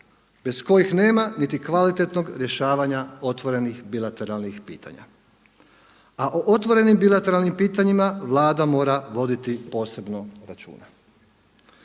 bez kojih nema ni kvalitetnog rješavanja otvorenih bilateralnih pitanja. A o otvorenim bilateralnim pitanjima, Vlada mora voditi posebno računa.